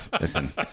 Listen